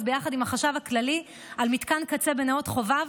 ביחד עם החשב הכללי על מתקן קצה בנאות חובב,